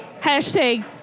Hashtag